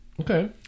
Okay